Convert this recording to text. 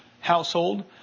household